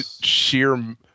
sheer